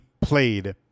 played